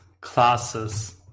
classes